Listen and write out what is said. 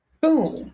Boom